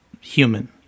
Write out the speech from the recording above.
human